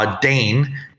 Dane